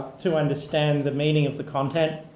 to understand the meaning of the content,